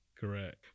Correct